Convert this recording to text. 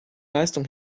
leistung